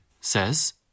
says